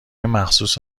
مخصوص